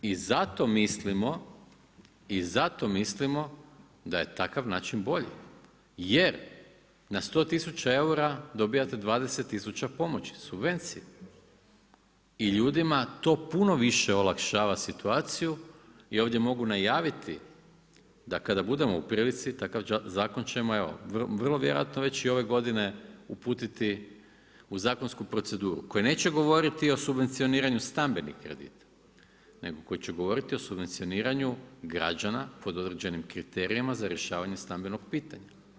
I zato mislimo da je takav način bolji, jer na 100000 eura dobijate 20000 pomoći, subvencije i ljudima to puno više olakšava situaciju i ovdje mogu najaviti da kada budemo u prilici takav zakon ćemo evo vrlo vjerojatno već i ove godine uputiti u zakonsku proceduru koji neće govoriti o subvencioniranju stambenih kredita nego koji će govoriti o subvencioniranju građana pod određenim kriterijima za rješavanje stambenog pitanja.